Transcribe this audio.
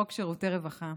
חוק שירותי רווחה,